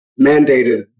mandated